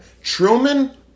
Truman